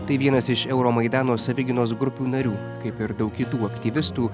tai vienas iš euromaidano savigynos grupių narių kaip ir daug kitų aktyvistų